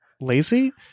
lazy